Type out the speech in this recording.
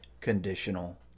conditional